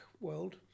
world